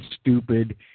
stupid